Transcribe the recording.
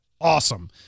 awesome